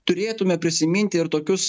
turėtume prisiminti ir tokius